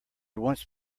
once